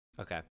Okay